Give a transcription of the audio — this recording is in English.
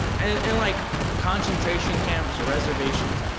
and like concentration camps or reservations.